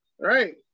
right